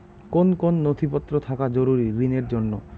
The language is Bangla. কোন কোন নথিপত্র থাকা জরুরি ঋণের জন্য?